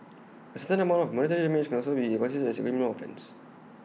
A certain amount of monetary damage also be constituted as A criminal offence